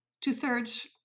two-thirds